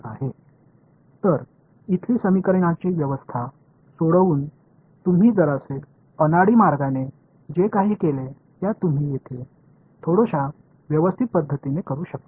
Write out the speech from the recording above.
எனவே இங்கே சமன்பாடுகளின் முறையைத் தீர்ப்பதன் மூலம் நீங்கள் சற்று விகாரமான முறையில் என்ன செய்தீர்கள் நீங்கள் இங்கு இன்னும் கொஞ்சம் ஸிஸ்டெமடிக் முறையில் செய்யலாம்